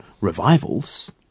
revivals